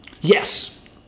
Yes